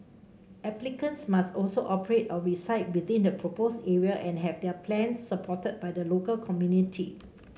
applicants must also operate or reside within the proposed area and have their plans supported by the local community